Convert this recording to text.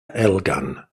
elgan